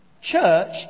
Church